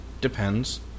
depends